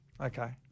Okay